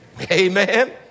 Amen